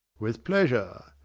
with pleasure.